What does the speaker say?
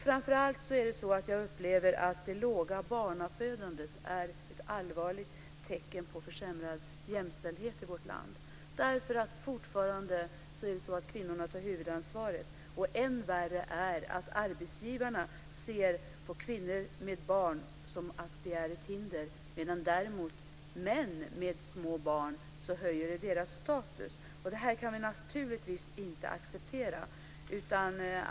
Framför allt upplever jag att det låga barnafödandet är ett allvarligt tecken på en försämrad jämställdhetspolitik i vårt land. Fortfarande tar kvinnorna huvudansvaret. Än värre är att arbetsgivarna ser på kvinnor med barn som ett hinder, medan däremot män med små barn får höjd status. Det här kan vi naturligtvis inte acceptera.